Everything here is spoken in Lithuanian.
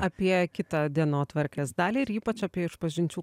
apie kitą dienotvarkės dalį ir ypač apie išpažinčių